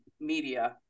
media